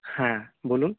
হ্যাঁ বলুন